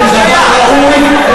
הן דבר ראוי.